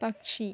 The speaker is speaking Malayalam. പക്ഷി